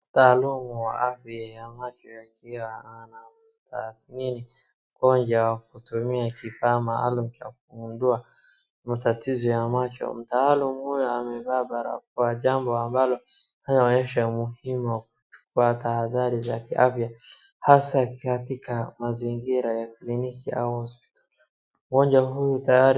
Mtaalamu wa afya ya macho akiwa anamdhamini mgonjwa kwa kutumia kifaa maalum ya kugundua matatizo ya macho. Mtaalamu huyu amevaa barakoa jambo ambalo linaonyesha umuhimu wa kuchukua tahadhari za kiafya hasa katika mazingira ya kliniki au hospitali. Mgonjwa huyu tayari.